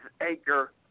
acre